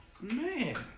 Man